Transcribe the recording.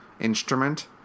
instrument